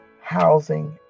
housing